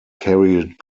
carried